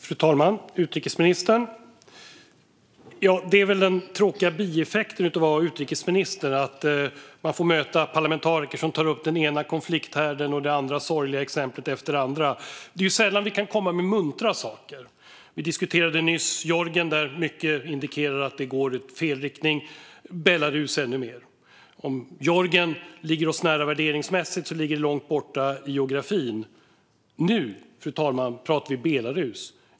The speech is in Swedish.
Fru talman! Utrikesministern! Den tråkiga bieffekten av att vara utrikesminister är väl att man får möta parlamentariker som tar upp den ena konflikthärden och det andra sorgliga exemplet efter det andra. Det är ju sällan som vi kan komma med muntra saker. Vi diskuterade nyss Georgien, där mycket indikerar att det går i fel riktning, i Belarus ännu mer. Om Georgien ligger oss nära värderingsmässigt ligger det långt borta geografiskt. Nu, fru talman, pratar vi Belarus.